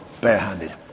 barehanded